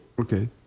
Okay